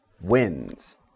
wins